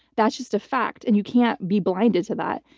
that's just a fact and you can't be blinded to that.